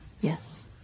Yes